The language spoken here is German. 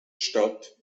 statt